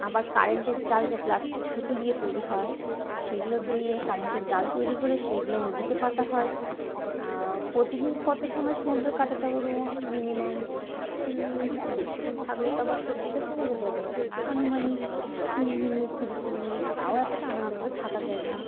আবার কারেন্টের জাল যে প্লাস্টিক সুতো দিয়ে তৈরি হয় সেইগুলো দিয়ে কারেন্টের জাল তৈরি করে সেইগুলো নদীতে পাতা হয় প্রতিদিন কত সময় সমুদ্র কাটাতে পারব মিনিমাম বেশিক্ষণ থাকলে তো আবার সর্দি কাশি লেগে যাবে আনুমানিক কুড়ি মিনিট তিরিশ মিনিট তাও এতটা আনন্দ করে থাকা যায় না